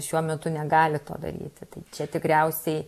šiuo metu negali to daryti tai čia tikriausiai